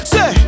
Say